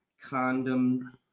condom